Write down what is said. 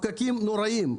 הפקקים נוראיים.